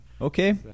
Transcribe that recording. Okay